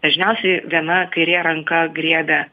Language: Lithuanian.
dažniausiai viena kairė ranka griebia